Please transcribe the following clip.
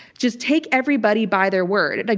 just take everybody by their word. like